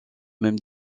même